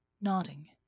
nodding